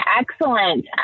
excellent